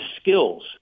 skills